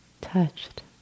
touched